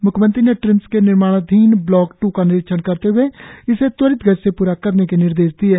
म्ख्यमंत्री ने ट्रिम्स के निर्माणाधीन ब्लॉक टू का निरीक्षण करते हए इसे त्वरित गति से प्रा करने के निर्देश दिये